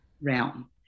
realm